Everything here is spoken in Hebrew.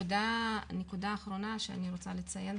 נקודה אחרונה שאני רוצה לציין,